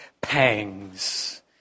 pangs